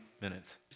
minutes